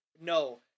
no